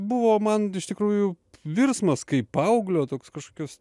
buvo man iš tikrųjų virsmas kaip paauglio toks kažkokios